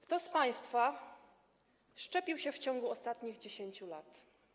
Kto z państwa szczepił się w ciągu ostatnich 10 lat?